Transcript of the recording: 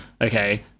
Okay